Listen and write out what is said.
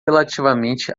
relativamente